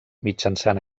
mitjançant